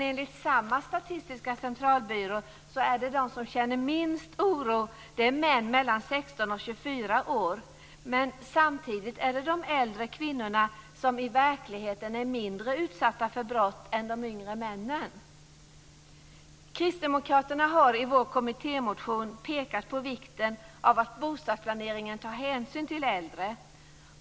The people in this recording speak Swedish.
Enligt samma statistiska centralbyrå är de som känner minst oro män mellan 16 och 24 år. Samtidigt är de äldre kvinnorna i verkligheten mindre utsatta för brott än de yngre männen. Vi i Kristdemokraterna har i vår kommittémotion pekat på vikten av att bostadsplaneringen tar hänsyn till äldre.